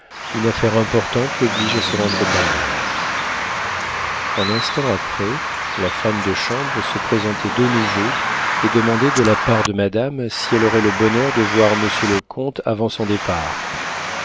une affaire importante l'oblige à se rendre au palais un instant après la femme de chambre se présentait de nouveau et demandait de la part de madame si elle aurait le bonheur de voir monsieur le comte avant son départ